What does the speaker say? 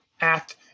act